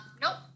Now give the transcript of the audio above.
Nope